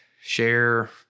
share